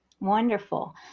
Wonderful